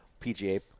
PGA